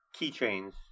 keychains